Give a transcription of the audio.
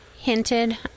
hinted